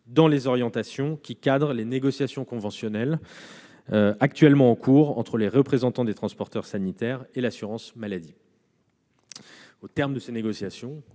parmi les orientations qui cadrent les négociations conventionnelles en cours entre les représentants des transporteurs sanitaires et l'assurance maladie. Au terme de ces négociations,